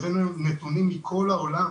והבאנו נתונים מכל העולם.